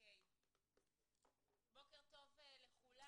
בוקר טוב לכולם.